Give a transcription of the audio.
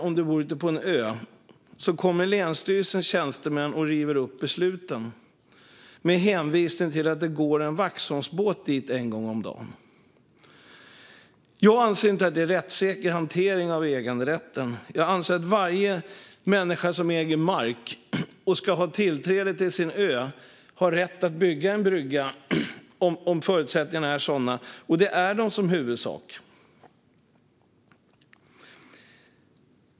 Sedan river länsstyrelsens tjänstemän upp besluten med hänvisning till att det går en Waxholmsbåt dit en gång om dagen. Jag anser inte att det är en rättssäker hantering av äganderätten. Jag anser att varje människa som äger mark på en ö och som ska ha tillträde till sin ö ska ha rätt att bygga en brygga om förutsättningarna är sådana, och det är de i huvudsak.